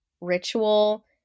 ritual